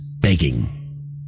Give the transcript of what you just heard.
begging